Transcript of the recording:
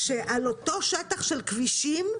שעל אותו שטח של כבישים,